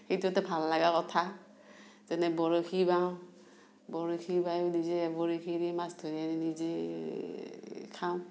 সেইটোতে ভাল লগা কথা যেনে বৰশী বাওঁ বৰশী বাইও নিজে বৰশী দি মাছ ধৰি আনি নিজে খাওঁ